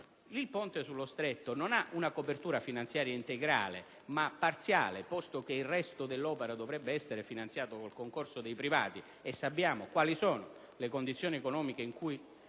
Il ponte sullo Stretto non ha una copertura finanziaria integrale, ma parziale, posto che il resto dell'opera dovrebbe essere finanziato con il concorso di privati, tenuto conto di quali sono le condizioni economiche in cui